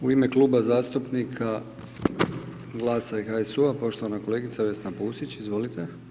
U ime Kluba zastupnika GLAS-a i HSU-a, poštovana kolegica Vesna Pusić, izvolite.